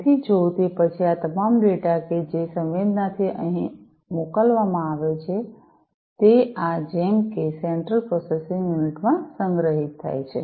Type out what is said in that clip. તેથી જો તે પછી આ તમામ ડેટા કે જે સંવેદનાથી અને મોકલવામાં આવે છે તે આ જેમ કે સેન્ટ્રલ પ્રોસેસિંગ યુનિટ માં સંગ્રહિત છે